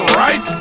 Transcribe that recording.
right